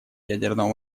ядерного